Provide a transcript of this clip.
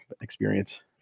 experience